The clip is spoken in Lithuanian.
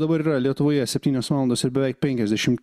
dabar yra lietuvoje septynios valandos ir beveik penkiasdešim